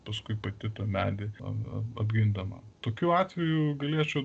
paskui pati tą medį apgindama tokių atvejų galėčiau